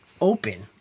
open